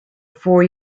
four